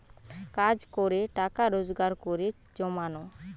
কাজ করে টাকা রোজগার করে জমানো